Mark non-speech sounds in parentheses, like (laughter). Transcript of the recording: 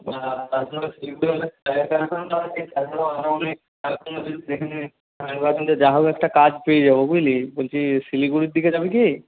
বা (unintelligible) (unintelligible) (unintelligible) সেখানে আমি ভাবছিলাম যে যা হোক একটা কাজ পেয়ে যাব বুঝলি বলছি শিলিগুড়ির দিকে যাবি কি